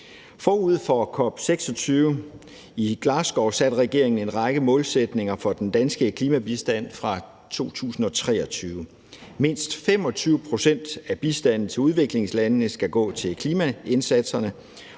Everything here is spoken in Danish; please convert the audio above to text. Forud for COP26 i Glasgow satte regeringen en række målsætninger for den danske klimabistand fra 2023. Mindst 25 pct. af bistanden til udviklingslandene skal gå til klimaindsatserne,